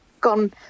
gone